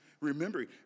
Remembering